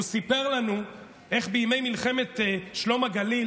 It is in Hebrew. הוא סיפר לנו איך בימי מלחמת שלום הגליל